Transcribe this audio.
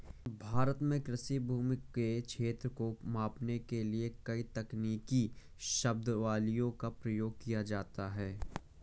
भारत में कृषि भूमि के क्षेत्रफल को मापने के लिए कई तकनीकी शब्दावलियों का प्रयोग किया जाता है